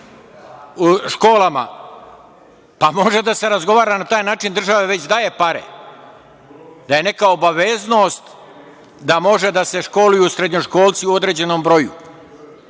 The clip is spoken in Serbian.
školama, pa može da se razgovara na taj način, država već daje pare. Da je neka obaveznost da može da se školuju srednjoškolci u određenom broju